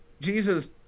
Jesus